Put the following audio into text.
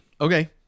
Okay